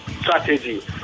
strategy